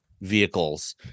vehicles